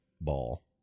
ball